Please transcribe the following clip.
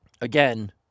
Again